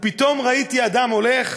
ופתאום ראיתי אדם הולך.